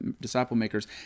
disciple-makers